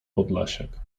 podlasiak